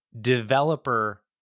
developer